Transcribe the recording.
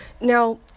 Now